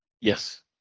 Yes